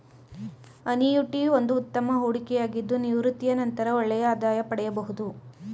annuity ಒಂದು ಉತ್ತಮ ಹೂಡಿಕೆಯಾಗಿದ್ದು ನಿವೃತ್ತಿಯ ನಂತರ ಒಳ್ಳೆಯ ಆದಾಯ ಪಡೆಯಬಹುದು